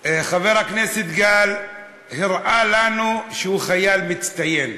חבר הכנסת גל הראה לנו שהוא חייל מצטיין.